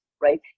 right